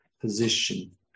position